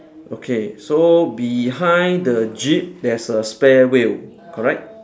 okay so behind the jeep there's a spare wheel correct